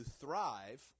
thrive